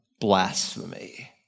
blasphemy